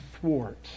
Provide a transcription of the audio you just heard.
thwart